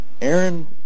Aaron